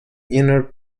inner